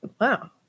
Wow